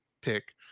pick